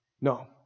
No